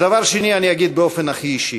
דבר שני אני אגיד באופן הכי אישי.